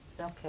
Okay